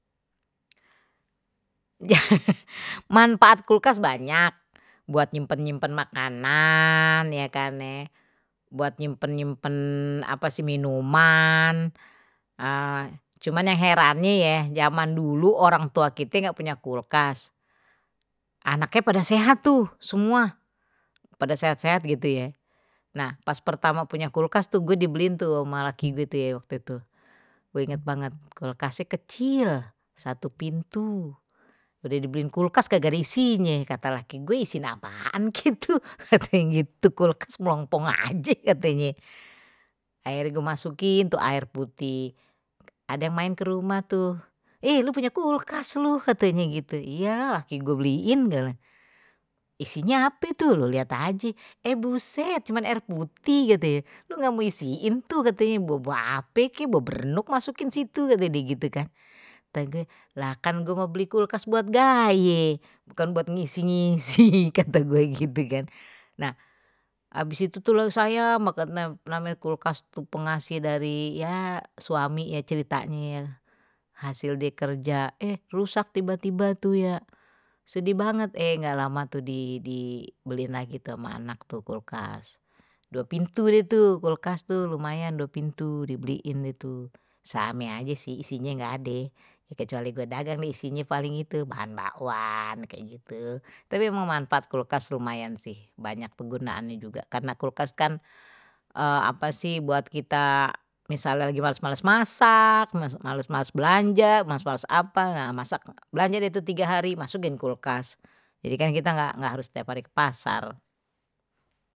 manfaat kulkas banyak buat nyimpen nyimpen makanan iye kan ye, buat nyimpen nyimpen apa sih minuman, cuman yang herannya ya zaman dulu orang tua kite nggak punya kulkas anaknya pada sehat tuh semua pada sehat-sehat gitu ya nah pas pertama punya kulkas gue dibeliin tuh ama laki gw waktu itu gue inget banget, kulkasnye kecil satu pintu, udah dibeliin kulkas kagak ada isinye, kate laki isiin apaan tuh katenye isiin apaan kulkas melompong aje, akhirnye gue msukin tuh air putih, ada yang main ke rumah tuh lu punya kulkas lu katanya gitu iya lah laki gua beliin isinya apa itu lu lihat aja eh buset cuma air putih katenye, loe ga mau isiin tuh buah buahan, buah ape buah berenuk loe masukin situ, kate gue, lha kan emang gue beli kulkas buat gaye bukan buat ngisi ngisi kata gua gitu kan nah habis itu sayang banget namenye kulkas pengasih dari ya suami ceritanya ya. hasil die kerja, rusak tiba tiba tuh ya, sedih banget eh ga lama dibeliin lagi ama anak tuh kulkas, dua pintu deh tuh kulkas tuh lumayan dua pintu, same aje sih isinye ga ade, kecuali gw dagang deh isinye paling itu bahan bakwan kayak gitu, tapi emang manfaat kuklas lumayan sih, banyak kegunaannye juga karena kulkas kan apa sih buat kita, misalnye lagi males males masak, males males belanja, males males apa, nah belanja deh tuh tiga hari, masukin kulkas jadi kan kita ga engga harus tiap hari ke pasar.